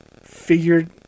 figured